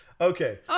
Okay